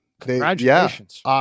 Congratulations